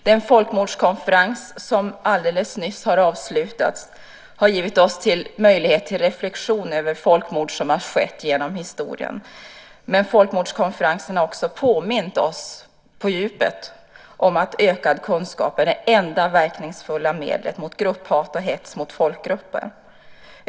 Den folkmordskonferens som alldeles nyss har avslutats har givit oss möjlighet till reflexion över folkmord som har skett genom historien. Men folkmordskonferensen har också påmint oss på djupet om att ökade kunskaper är det enda verkningsfulla medlet mot grupphat och hets mot folkgrupper.